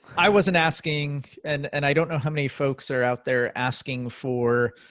i wasn't asking and and i don't know how many folks are out there asking for,